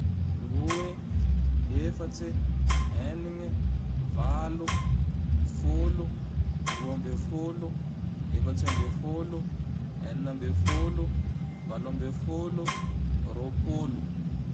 Roe, efatre, enigne, valo, folo, roa ambe folo, efatre ambe folo, enina ambe folo, valo ambe folo, ropolo.